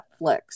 Netflix